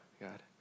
God